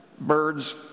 birds